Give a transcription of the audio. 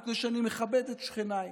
מפני שאני מכבד את שכניי.